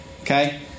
Okay